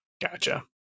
Gotcha